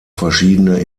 verschiedene